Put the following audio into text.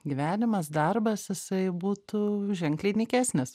gyvenimas darbas jisai būtų ženkliai nykesnis